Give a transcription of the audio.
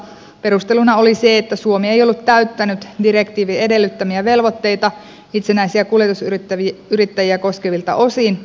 perusteluna oli se että suomi ei ollut täyttänyt direktiivin edellyttämiä velvoitteita itsenäisiä kuljetusyrittäjiä koskevilta osin